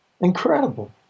incredible